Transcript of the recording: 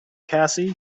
cassie